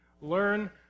Learn